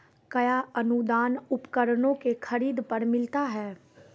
कया अनुदान उपकरणों के खरीद पर मिलता है?